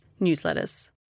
newsletters